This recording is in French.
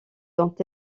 dont